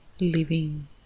Living